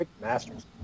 Masters